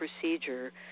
procedure